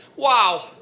Wow